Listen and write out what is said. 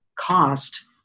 cost